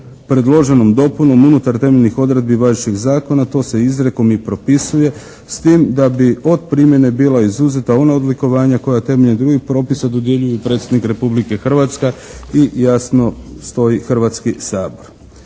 predloženom dopunom unutar temeljnih odredbi važećeg zakona to se izrijekom i propisuje s tim da bi od primjene bila izuzeta ona odlikovanja koja temeljem drugih propisa dodjeljuju i predsjednik Republike Hrvatske i jasno stoji Hrvatski sabor.